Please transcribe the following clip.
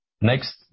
Next